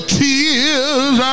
tears